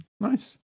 Nice